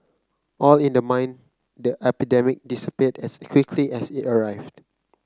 all in the mind the 'epidemic' disappeared as quickly as it arrived